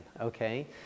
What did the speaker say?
okay